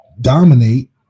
dominate